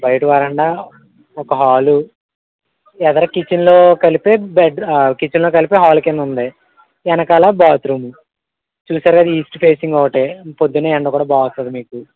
బయట వరండా ఒక హాల్ ఎదరు కిచెన్లో కలిపి బెడ్ కిచెన్లో కలిపి హాలు కింద ఉంది వెనకాల బాత్రూం చూసారు కదా ఈస్ట్ ఫేసింగ్ ఒకటి పొద్దున్న ఎండ కూడా బాగా వస్తుంది మీకు